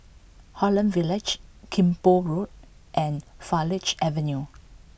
Holland Village Kim Pong Road and Farleigh Avenue